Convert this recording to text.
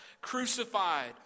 crucified